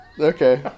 okay